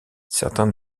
certains